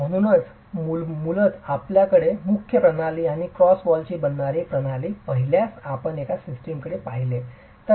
म्हणूनच मूलत आपल्याकडे मुख्य प्रणाली आणि क्रॉस वॉलची बनणारी एक प्रणाली पाहिल्यास आपण एका सिस्टमकडे पाहिले तर